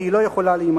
כי היא לא יכולה להימשך.